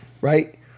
right